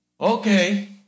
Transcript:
okay